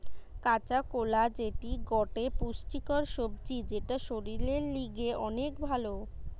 কাঁচা কোলা যেটি গটে পুষ্টিকর সবজি যেটা শরীরের লিগে অনেক ভাল